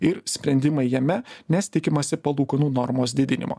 ir sprendimai jame nes tikimasi palūkanų normos didinimo